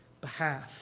behalf